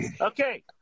Okay